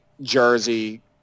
jersey